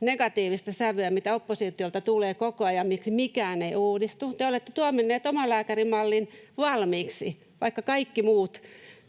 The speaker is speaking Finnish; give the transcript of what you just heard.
negatiivista sävyä, mitä oppositiolta tulee koko ajan, että miksi mikään ei uudistu. Te olette tuominneet omalääkärimallin valmiiksi, vaikka kaikki muut suhtautuvat